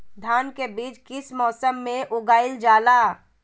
धान के बीज किस मौसम में उगाईल जाला?